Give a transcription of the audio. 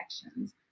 connections